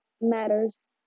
matters